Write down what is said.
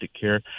care